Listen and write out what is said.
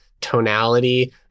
tonality